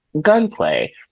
Gunplay